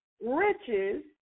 riches